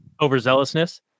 overzealousness